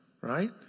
right